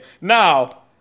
Now